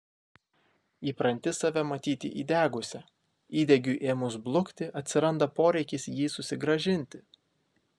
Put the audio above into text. įpranti save matyti įdegusia įdegiui ėmus blukti atsiranda poreikis jį susigrąžinti